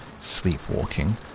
sleepwalking